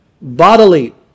bodily